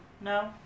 No